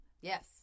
Yes